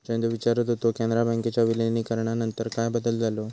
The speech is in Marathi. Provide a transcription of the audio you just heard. चंदू विचारत होतो, कॅनरा बँकेच्या विलीनीकरणानंतर काय बदल झालो?